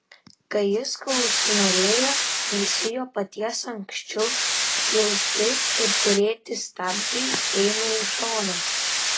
kai jis ko užsinorėjo visi jo paties anksčiau jausti ir turėti stabdžiai eina į šoną